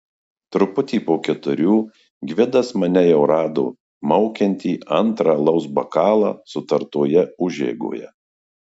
truputį po keturių gvidas mane jau rado maukiantį antrą alaus bokalą sutartoje užeigoje